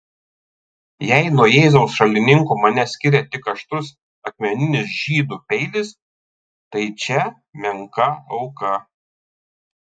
jei nuo jėzaus šalininkų mane skiria tik aštrus akmeninis žydų peilis tai čia menka auka